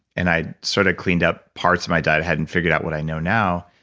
and i sort of cleaned up parts of my diet, hadn't figured out what i know now.